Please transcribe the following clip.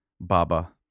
Baba